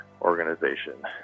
organization